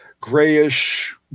grayish